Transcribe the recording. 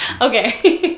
Okay